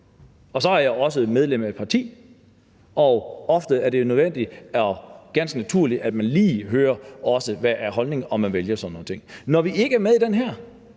Jeg er også medlem af et parti, og ofte er det jo nødvendigt og ganske naturligt, at man også lige hører, hvad holdningen er, når man vælger sådan nogle ting. Når vi ikke er med i det her,